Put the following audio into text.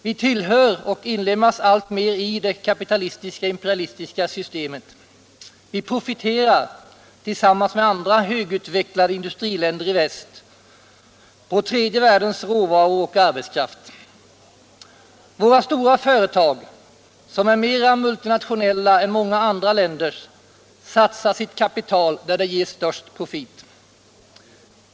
Vi tillhör, och inlemmas alltmer i, det kapitaliskimperialistiska systemet. Vi profiterar tillsammans med andra högutvecklade industriländer i väst på tredje världens råvaror och arbetskraft. Våra stora företag, som är mera multinationella än många andra länders, satsar sitt kapital där det ger störst profit.